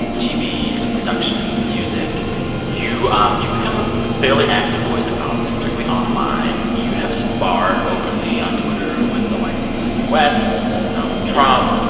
tv, the productions, the music um you've become a fairly active voice in politics, particularly online. you have sparred openly on twitter with the likes of kanye west and donald trump.